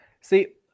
See